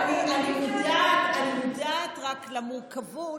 אני מודעת רק למורכבות,